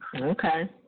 Okay